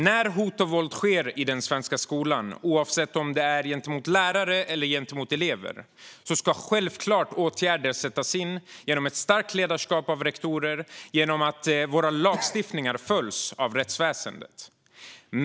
När hot och våld sker i den svenska skolan, oavsett om det är gentemot lärare eller gentemot elever, ska självfallet åtgärder sättas in genom ett starkt ledarskap av rektorer och genom att våra lagstiftningar följs av rättsväsendet.